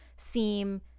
Seem